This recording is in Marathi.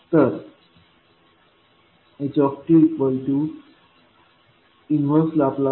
तर htL 1H आहे